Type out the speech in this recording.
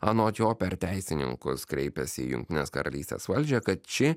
anot jo per teisininkus kreipiasi į jungtinės karalystės valdžią kad ši